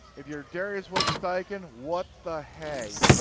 if you are darius woods-steichen, what the hey,